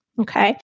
okay